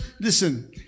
listen